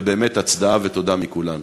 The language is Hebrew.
ובאמת, הצדעה ותודה מכולנו.